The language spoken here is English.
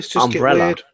umbrella